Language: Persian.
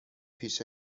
پیش